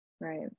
Right